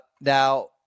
Now